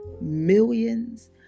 millions